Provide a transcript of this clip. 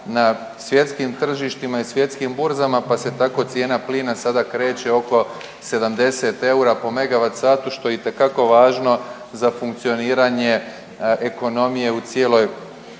na svjetskim tržištima i svjetskim burzama, pa se tako cijena plina sada kreće oko 70 eura po megavat satu što je itekako važno za funkcioniranje ekonomije u cijeloj EU.